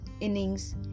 innings